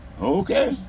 Okay